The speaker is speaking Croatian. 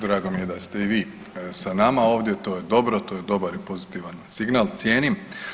Drago mi je da ste i vi sa nama ovdje, to je dobro, to je dobar i pozitivan signal, cijenim.